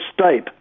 state